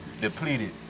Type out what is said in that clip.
depleted